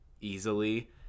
easily